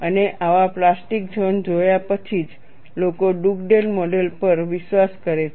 અને આવા plastic zone જોયા પછી જ લોકો ડુગડેલ મોડેલ પર વિશ્વાસ કરે છે